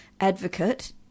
advocate